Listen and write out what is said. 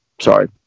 sorry